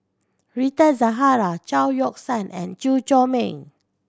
Rita Zahara Chao Yoke San and Chew Chor Meng